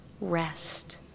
rest